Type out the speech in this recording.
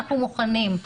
אנחנו מוכנים,